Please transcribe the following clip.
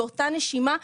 באותה נשימה,